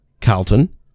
Carlton